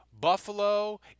Buffalo